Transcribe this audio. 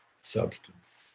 substance